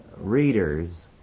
readers